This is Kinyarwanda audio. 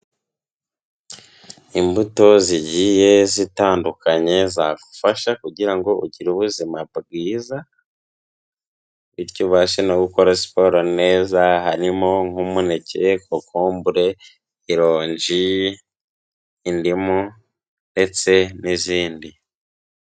Imbuto zigiye zitandukanye, zagufasha kugira ngo ugire ubuzima bwiza, bityo ubashe no gukora siporo neza, harimo nk'umuneke, kokombure, ironji, indimu, ndetse n'izindi.